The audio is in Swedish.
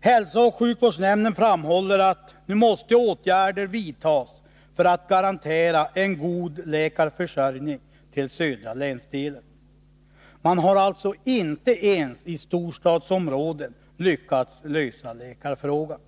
Hälsooch sjukvårdsnämnden framhåller att åtgärder nu måste vidtas för att garantera en god läkarförsörjning i den södra länsdelen. Inte ens i storstadsområdena har man alltså lyckats lösa läkarfrågan.